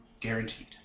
Guaranteed